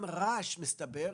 גם רעש, מסתבר,